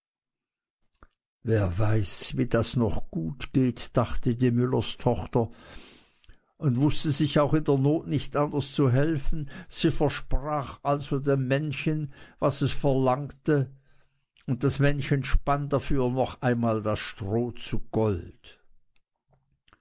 wer weiß wie das noch geht dachte die müllerstochter und wußte sich auch in der not nicht anders zu helfen sie versprach also dem männchen was es verlangte und das männchen spann dafür noch einmal das stroh zu gold